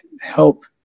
help